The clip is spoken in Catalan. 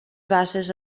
bases